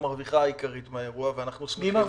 המרוויחה העיקרית מהאירוע הזה ואנחנו שמחים.